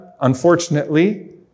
unfortunately